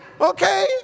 Okay